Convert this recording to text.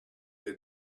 had